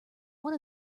one